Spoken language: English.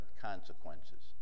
consequences